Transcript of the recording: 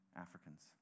Africans